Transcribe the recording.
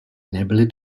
nebyly